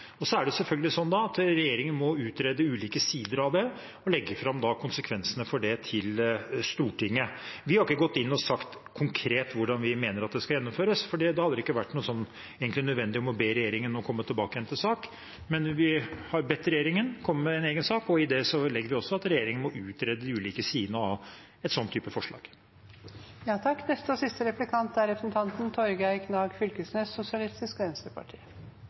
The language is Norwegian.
Så er det selvfølgelig sånn at regjeringen da må utrede ulike sider av det, og legge fram konsekvensene av det for Stortinget. Vi har ikke gått inn og sagt konkret hvordan vi mener at det skal gjennomføres, for da hadde det egentlig ikke vært nødvendig å be regjeringen om å komme tilbake med en sak, men vi har bedt regjeringen komme med en egen sak, og i det legger vi også at regjeringen må utrede de ulike sidene av en sånn type forslag.